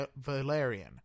Valerian